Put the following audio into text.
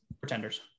pretenders